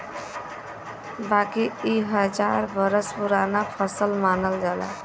बाकी इ हजार बरस पुराना फसल मानल जाला